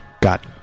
got